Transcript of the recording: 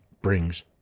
brings